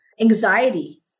anxiety